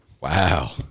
Wow